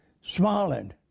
Smiling